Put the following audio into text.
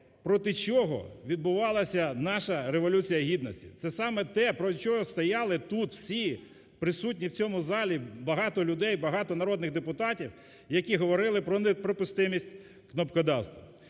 проти чого відбувалася наша Революція гідності, це саме те, про що стояли тут всі присутні в цьому залі, багато людей, багато народних депутатів, які говорили про неприпустимість кнопкодавства.